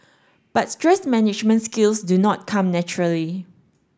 but stress management skills do not come naturally